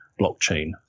blockchain